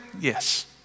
Yes